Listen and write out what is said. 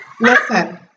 Listen